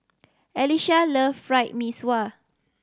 Alesha love Fried Mee Sua